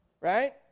right